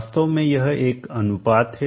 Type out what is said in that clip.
वास्तव में यह एक अनुपात है